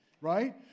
right